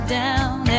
down